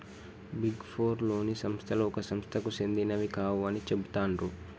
big four లోని సంస్థలు ఒక సంస్థకు సెందినవి కావు అని చెబుతాండ్రు